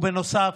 בנוסף,